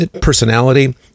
personality